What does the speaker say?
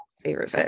favorite